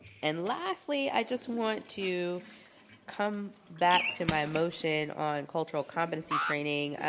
and lastly, i just want to come back to my motion on cultural competency training.